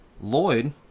Lloyd